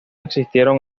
existieron